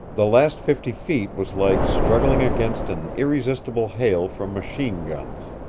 the last fifty feet was like struggling against an irresistible hail from machine-guns.